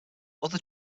other